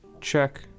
check